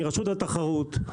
מרשות התחרות,